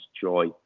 joy